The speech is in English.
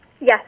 Yes